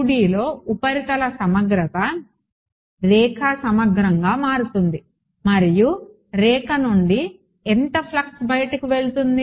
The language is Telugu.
2Dలో ఉపరితల సమగ్రత రేఖ సమగ్రంగా మారుతుంది మరియు రేఖ నుండి ఎంత ఫ్లక్స్ బయటకు వెళ్తుంది